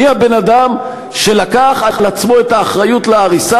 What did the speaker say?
מי הבן-אדם שלקח על עצמו את האחריות להריסה